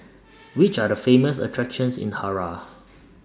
Which Are The Famous attractions in Harare